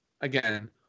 again